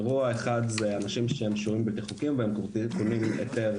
אירוע ראשון הוא אנשים שהם שוהים בלתי חוקיים והם קונים היתר